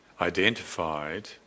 identified